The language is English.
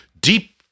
deep